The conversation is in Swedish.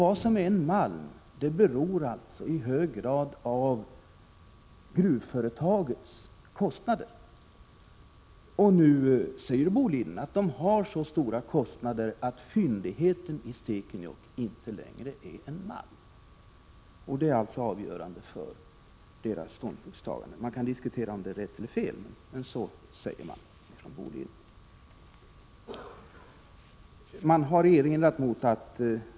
Vad som är en malm beror alltså i hög grad på gruvföretagets kostnader. Nu säger Boliden att man har så stora kostnader att fyndigheten i Stekenjokk inte längre är en malm. Det är alltså avgörande för Bolidens ståndpunktstagande. Man kan diskutera om det är rätt eller fel, men så säger man från Boliden.